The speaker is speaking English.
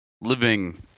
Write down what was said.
living